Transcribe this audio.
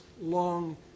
long